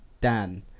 Dan